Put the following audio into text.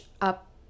up